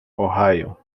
ohio